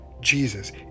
Jesus